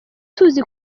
tuzi